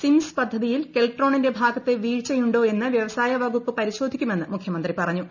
sims പദ്ധതിയിൽ കെൽട്രോണിന്റെ ഭാഗത്ത് വീഴ്ചയുണ്ടോ എന്ന് വ്യവസായ വകുപ്പ് പരിശോധിക്കുമെന്ന് മുഖ്യമന്ത്രി പറഞ്ഞു